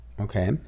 Okay